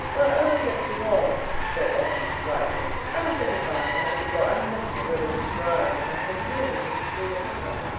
while ellen gets the water, said edna, rising, i will say good-by and let you go. i must get rid of this grime, and i have a million things do and think of.